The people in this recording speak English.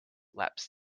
laps